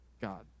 God